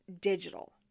digital